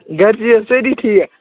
گَرِچھِی حظ سٲری ٹھیٖک